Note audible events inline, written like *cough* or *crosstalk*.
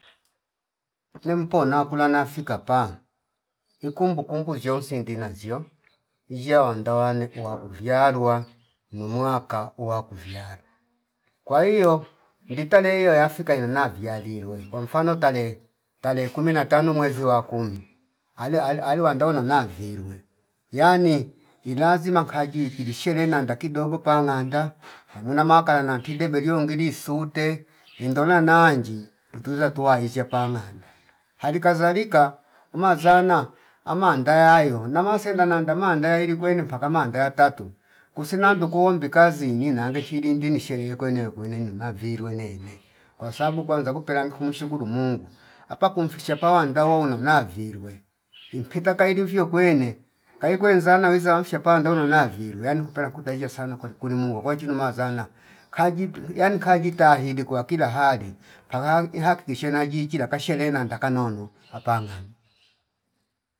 Nempo nakula nafika paa ikumbu kumbu ziyonsi ndina ziyo izshiya wanda wane uwa uvyaluwa numwaka wakuviwalu kwa hio ndi tarehe hio yafika yana viya lilwe kwa mfano tarehe tarehe kumi na tano mwezi wa kumi ale- alewanda unona virwe yani ilazima kaji kirishere nanda kidogo pananganda amuna makanala ntibye belio ngili sute indona nanji intoza twaizshe pananganda ali kazalika umazana amandaya ilo namasenda nanda manda yaili kwene mpaka manda ya tatu kusi nandu kuombi kazi inina nange chilindi sherehe kwene ukwene nyuma virwe nene kwasababu kwanza kupelangi kumshukuru Mungu apa kumfikisha pawanda wounona virwe *noise* impita kailivyo kwene kaikwe zana wize wamfiya pandona navirwe yani nkupela kupeiya sana kweli kuli muno kwachino mazana kajibu yani kajitahidi kwa kila hali palangi hate gishena jiichila kasherehe nanda kanono apanganda *noise*